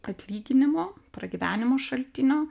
atlyginimo pragyvenimo šaltinio